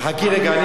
תחכי רגע,